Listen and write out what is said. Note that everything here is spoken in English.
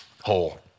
whole